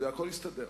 והכול יסתדר.